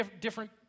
different